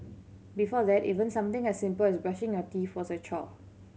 before that even something as simple as brushing our teeth was a chore